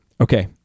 okay